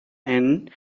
and